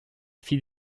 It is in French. fit